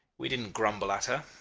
we didn't grumble at her.